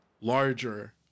Larger